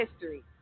history